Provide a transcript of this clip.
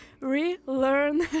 relearn